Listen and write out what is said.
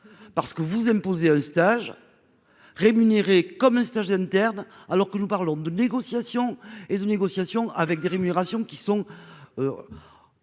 Parce que vous imposez un stage. Rémunéré comme un stage interne alors que nous parlons de négociations et de négociations avec des rémunérations qui sont.